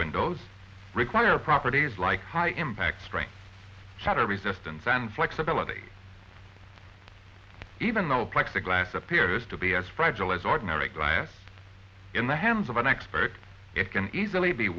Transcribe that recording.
windows require properties like high impact strength shatter resistance and flexibility even though plexiglass appears to be as fragile as ordinary glass in the hands of an expert it can easily be